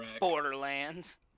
borderlands